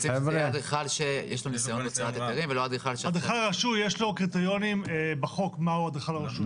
אדריכל רשוי יש לו קריטריונים בחוק מה הוא אדריכל רשוי.